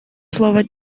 слово